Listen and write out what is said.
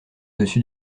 dessus